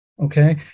Okay